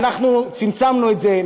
אנחנו צמצמנו את זה.